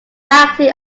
acting